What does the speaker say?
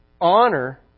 honor